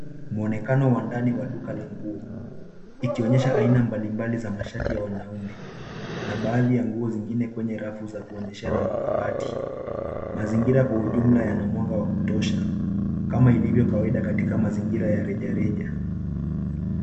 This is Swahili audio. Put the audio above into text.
Mwonekano wa ndani wa duka la nguo ikionyesha aina mbalimbali za mashati ya wanaume na baadhi ya nguo zingine kwenye rafu za kuonyesha na makabati. Mazingira kwa ujumla yanamwanga wa kutosha kama ilivyokawaida katika mazingira ya reja reja.